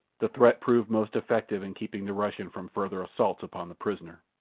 the threat proved most effective in keeping the russian from further assaults upon the prisoner,